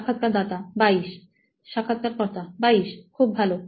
সাক্ষাৎকারদাতা 22 সাক্ষাৎকারকর্তা 22 খুব ভালো